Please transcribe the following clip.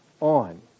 on